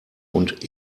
und